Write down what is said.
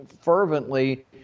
fervently